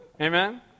Amen